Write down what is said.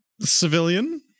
civilian